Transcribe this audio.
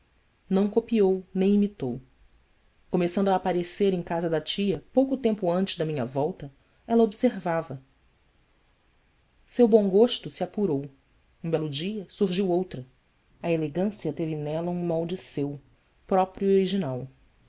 não copiou nem imitou começando a aparecer em casa da tia pouco tempo antes da minha volta ela observava seu bom gosto se apurou um belo dia surgiu outra a elegância teve nela um molde seu próprio